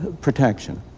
protection,